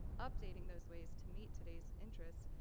updating those ways to meet today's interests,